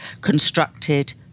constructed